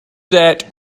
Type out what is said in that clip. that